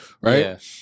right